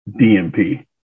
DMP